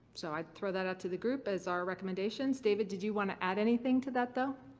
so i'd throw that out to the group as our recommendations. david, did you want to add anything to that, though?